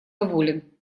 доволен